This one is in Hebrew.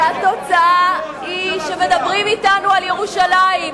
והתוצאה היא שמדברים אתנו על ירושלים,